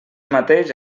mateix